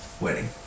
wedding